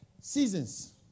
Seasons